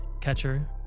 catcher